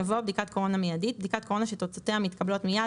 יבוא: "בדיקת קורונה מיידית" בדיקת קורונה שתוצאותיה מתקבלות מייד,